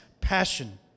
passion